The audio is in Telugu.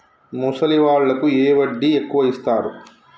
ముసలి వాళ్ళకు ఏ వడ్డీ ఎక్కువ ఇస్తారు?